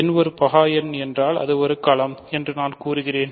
n ஒரு பகா எண் என்றால் அது ஒரு களம் என்று நான் கூறுகிறேன்